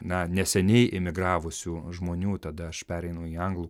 na neseniai imigravusių žmonių tada aš pereinu į anglų